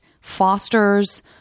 fosters